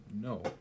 no